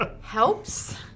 Helps